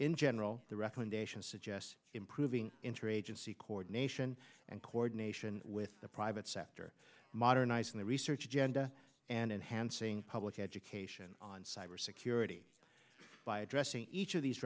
in general the recommendation suggests improving interagency coordination and coordination with the private sector modernizing the research agenda and enhancing public education on cybersecurity by addressing each of these